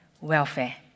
welfare